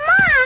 Mom